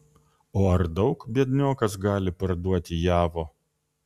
o ar daug biedniokas gali parduoti javo